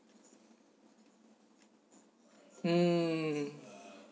mm hmm